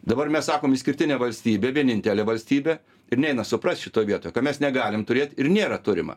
dabar mes sakom išskirtinė valstybė vienintelė valstybė ir neina suprast šitoj vietoj ka mes negalim turėt ir nėra turima